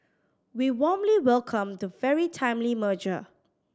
we warmly welcome the very timely merger